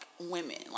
women